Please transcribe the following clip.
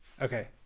Okay